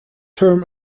term